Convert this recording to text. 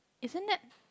isn't that